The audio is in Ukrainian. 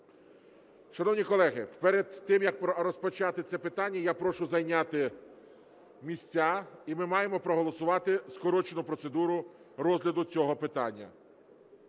Шановні колеги, перед тим, як розпочати це питання, я прошу зайняти місця. І ми маємо проголосувати скорочену процедуру розгляду цього питання.